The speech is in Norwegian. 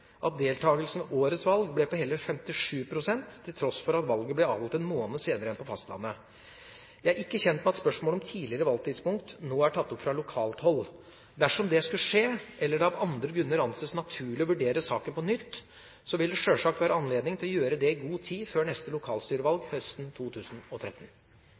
at deltakelsen ved årets valg ble på hele 57 pst. – til tross for at valget ble avholdt én måned senere enn på fastlandet. Jeg er ikke kjent med at spørsmålet om tidligere valgtidspunkt nå er tatt opp fra lokalt hold. Dersom det skulle skje, eller det av andre grunner anses naturlig å vurdere saken på nytt, vil det sjølsagt være anledning til å gjøre det i god tid før neste lokalstyrevalg, høsten 2013.